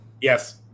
Yes